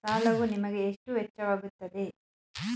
ಸಾಲವು ನಿಮಗೆ ಎಷ್ಟು ವೆಚ್ಚವಾಗುತ್ತದೆ?